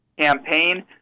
Campaign